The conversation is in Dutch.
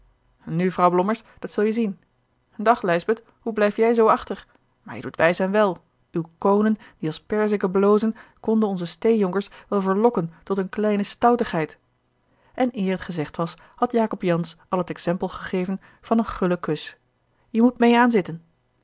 vrouw blommers dat zulje zien dag lijsbeth hoe blijf jij zoo achter maar je doet wijs en wel uw koonen die als perziken blozen konden onze steêjonkers wel verlokken tot eene kleine stoutigheid en eer t gezegd was had jacob jansz al het exempel gegeven van een gullen kus je moet meê aanzitten